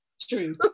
True